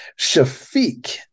Shafiq